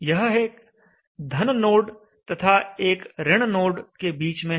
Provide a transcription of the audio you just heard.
यह एक धन नोड तथा एक ऋण नोड के बीच में है